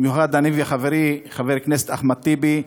במיוחד אני וחברי חבר הכנסת אחמד טיבי,